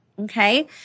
Okay